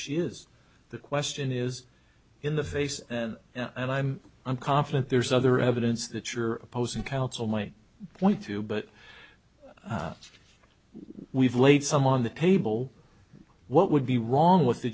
issue is the question is in the face and and i'm i'm confident there's other evidence that your opposing counsel might point to but we've laid some on the table what would be wrong with the